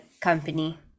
company